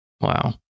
Wow